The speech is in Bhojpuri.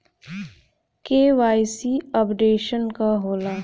के.वाइ.सी अपडेशन का होला?